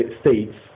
states